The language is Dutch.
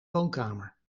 woonkamer